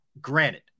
granted